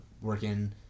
working